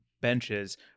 benches